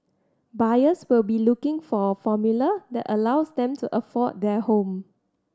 buyers will be looking for a formula that allows them to afford their home